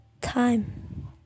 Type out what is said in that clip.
time